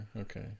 Okay